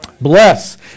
Bless